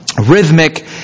Rhythmic